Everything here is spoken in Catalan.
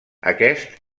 aquest